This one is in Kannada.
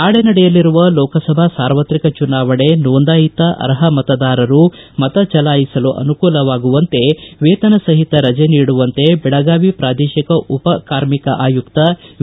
ನಾಳೆ ನಡೆಯಲಿರುವ ಲೋಕಸಭಾ ಸಾರ್ವತ್ರಿಕ ಚುನಾವಣೆ ನೋಂದಾಯಿತ ಅರ್ಹ ಕಾರ್ಮಿಕರು ಮತ ಚಲಾಯಿಸಲು ಅನುಕೂಲವಾಗುವಂತೆ ವೇತನ ಸಹಿತ ರಜೆ ನೀಡುವಂತೆ ಬೆಳಗಾವಿ ಪ್ರಾದೇಶಿಕ ಉಪ ಕಾರ್ಮಿಕ ಆಯುಕ್ತ ವಿ